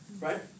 right